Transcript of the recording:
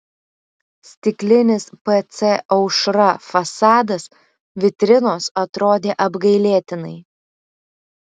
stiklinis pc aušra fasadas vitrinos atrodė apgailėtinai